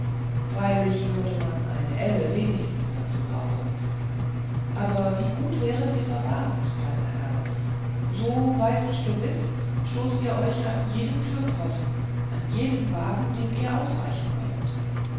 freilich würde man eine elle wenigstens dazu brauchen aber wie gut wäret ihr verwahrt kleiner herr so weiß ich gewiß stoßt ihr euch an jedem türpfosten an jedem wagen dem ihr ausweichen wollet